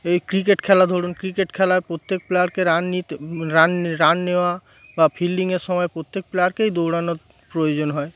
এই ক্রিকেট খেলা ধরুন ক্রিকেট খেলায় প্রত্যেক প্লেয়ারকে রান নিতে রান রান নেওয়া বা ফিল্ডিংয়ের সময় প্রত্যেক প্লেয়ারকেই দৌড়ানোর প্রয়োজন হয়